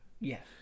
Yes